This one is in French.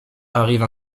arrive